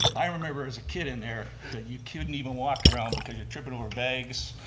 i remember as a kid in there that you couldn't even walk around because you're tripping over bags.